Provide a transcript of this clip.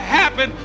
happen